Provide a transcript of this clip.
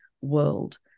world